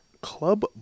Club